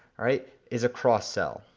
right, is a cross-sell.